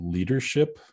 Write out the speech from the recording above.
Leadership